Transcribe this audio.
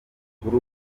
kuri